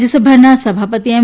રાજ્યસભાના સભાપતિ એમ